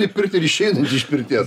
į pirtį ir išeinant iš pirties